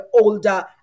older